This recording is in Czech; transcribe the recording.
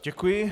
Děkuji.